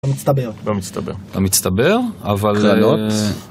לא מצטבר. לא מצטבר. לא מצטבר, אבל... קללות.